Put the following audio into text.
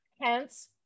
hence